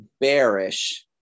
bearish